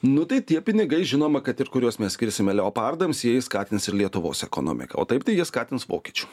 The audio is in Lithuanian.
nu tai tie pinigai žinoma kad ir kuriuos mes skirsime leopardams jie skatins ir lietuvos ekonomiką o taip tai jie skatins vokiečių